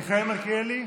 מיכאל מלכיאלי.